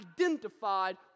identified